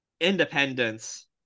independence